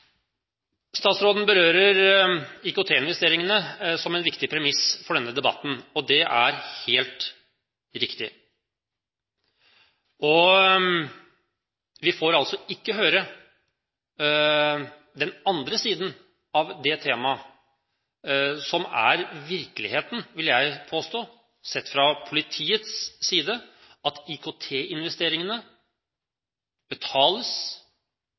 Statsråden berører IKT-investeringene som en viktig premiss for denne debatten, og det er helt riktig. Vi får altså ikke høre om den andre siden av det temaet – som er virkeligheten, vil jeg påstå – sett fra politiets side, at IKT-investeringene betales